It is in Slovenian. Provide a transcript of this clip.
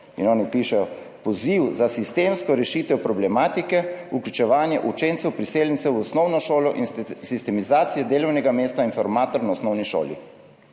In oni pišejo: poziv za sistemsko rešitev problematike vključevanja učencev priseljencev v osnovno šolo in sistemizacijo delovnega mesta informator na osnovni šoli.